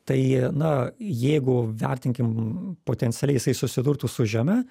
tai na jeigu vertinkim potencialiai jisai susidurtų su žeme